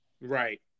Right